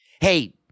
Hey